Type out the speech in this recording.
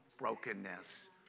brokenness